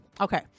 Okay